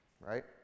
Right